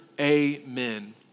amen